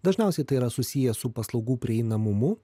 dažniausiai tai yra susiję su paslaugų prieinamumu